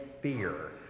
fear